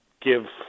give